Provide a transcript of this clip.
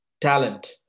talent